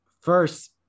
first